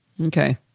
Okay